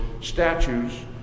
statues